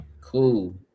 Cool